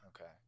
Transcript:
Okay